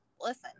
listen